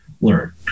learn